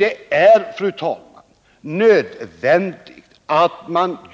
Det är, fru talman, nödvändigt att